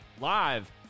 Live